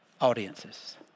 audiences